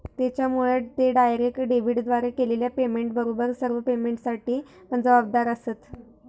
त्येच्यामुळे ते डायरेक्ट डेबिटद्वारे केलेल्या पेमेंटबरोबर सर्व पेमेंटसाठी पण जबाबदार आसंत